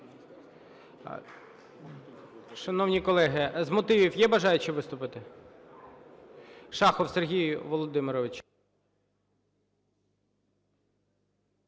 Шановні колеги, з мотивів є бажаючі виступити? Шахов Сергій Володимирович.